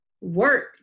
work